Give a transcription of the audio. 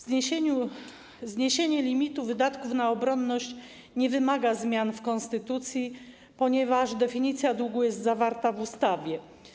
Zniesienie limitu wydatków na obronność nie wymaga zmian w konstytucji, ponieważ definicja długu jest zawarta w ustawie.